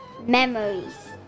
memories